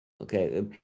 Okay